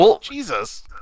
Jesus